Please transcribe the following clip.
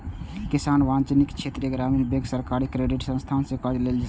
किसान वाणिज्यिक, क्षेत्रीय ग्रामीण बैंक, सहकारी क्रेडिट संस्थान सं कर्ज लए सकैए